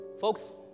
Folks